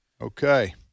Okay